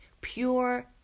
pure